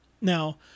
Now